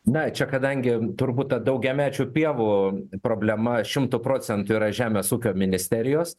na čia kadangi turbūt ta daugiamečių pievų problema šimtu procentų yra žemės ūkio ministerijos